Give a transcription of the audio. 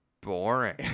boring